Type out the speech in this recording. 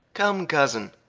come cousin,